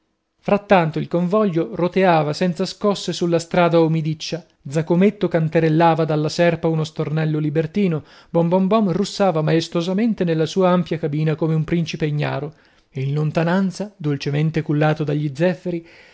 frattanto il convoglio roteava senza scosse sulla strada umidiccia zaccometto cantarellava dalla serpa uno stornello libertino bom bom bom russava maestosamente nella sua ampia cabina come un principe ignaro in lontananza dolcemente cullato dagli zeffiri